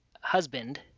husband